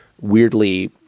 weirdly